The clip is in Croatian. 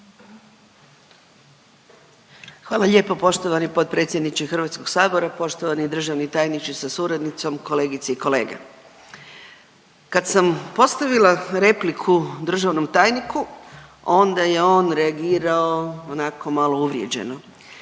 Hvala lijepo poštovani potpredsjedniče HS, poštovani državni tajniče sa suradnicom, kolegice i kolege. Kad sam postavila repliku državnom tajniku onda je on reagirao onako malo uvrijeđeno.